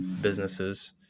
businesses